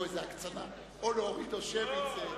או להוריד או שמית.